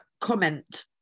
comment